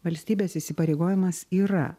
valstybės įsipareigojimas yra